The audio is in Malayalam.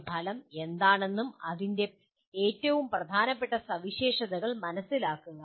ഒരു ഫലം എന്താണെന്നും അതിൻ്റെ ഏറ്റവും പ്രധാനപ്പെട്ട സവിശേഷതകൾ മനസ്സിലാക്കുക